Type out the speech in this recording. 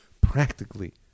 practically